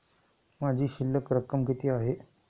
माझी शिल्लक रक्कम किती आहे?